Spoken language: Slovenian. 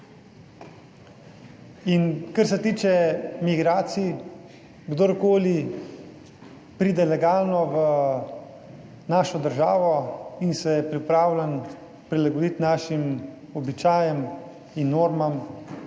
In kar se tiče migracij, kdorkoli pride legalno v našo državo in se je pripravljen prilagoditi našim običajem in normam,